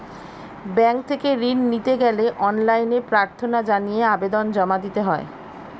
bank থেকে ঋণ নিতে গেলে অনলাইনে প্রার্থনা জানিয়ে আবেদন জমা দিতে হয়